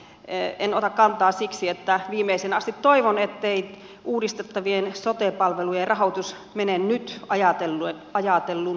en ota kantaa siksi että viimeiseen asti toivon ettei uudistettavien sote palvelujen rahoitus mene nyt ajatellun mukaisesti